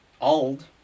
old